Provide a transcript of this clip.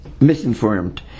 misinformed